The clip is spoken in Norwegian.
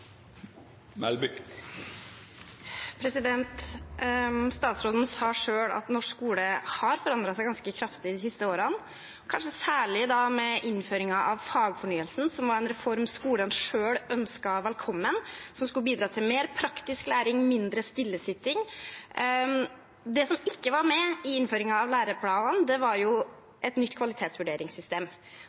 Statsråden sa selv at norsk skole har forandret seg ganske kraftig de siste årene, kanskje særlig med innføringen av fagfornyelsen, som var en reform skolen selv ønsket velkommen, som skulle bidra til mer praktisk læring og mindre stillesitting. Det som ikke var med i innføringen av læreplanen, var et nytt kvalitetsvurderingssystem.